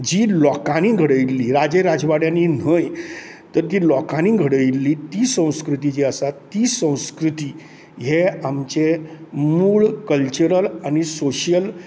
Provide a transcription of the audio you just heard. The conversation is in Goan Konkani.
जी लोकांनी घडयल्ली राजे राजवाड्यांनी न्हय तर ती लोकांनी घडयल्ली ती संस्कृती जी आसा ती संस्कृती हे आमचें मूळ कल्चरल आनी सोशल